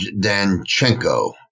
Danchenko